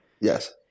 Yes